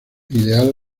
ideal